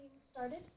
started